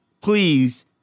please